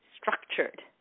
structured